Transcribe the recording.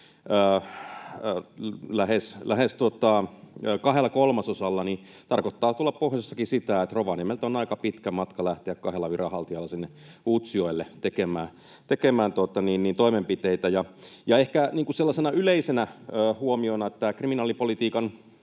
lähes kahdella kolmasosalla. Se tarkoittaa tuolla pohjoisessakin sitä, että Rovaniemeltä on aika pitkä matka lähteä kahdella viranhaltijalla sinne Utsjoelle tekemään toimenpiteitä. Ehkä sellaisena yleisenä huomiona, että tämä kriminaalipolitiikan